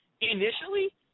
initially